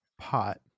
pot